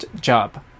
job